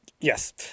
Yes